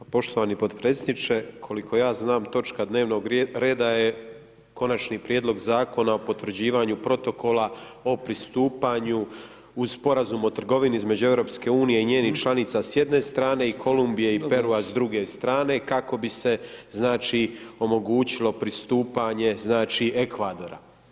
Poštovani potpredsjedniče, koliko ja znam točka dnevnog reda je Konačni prijedlog Zakona o potvrđivanju protokola o pristupanju u sporazum u trgovini između EU i njenih članica s jedne strane i Kolumbije i Perua s druge strane kako bi se znači, omogućilo pristupanje znači, Ekvadora.